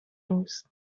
روز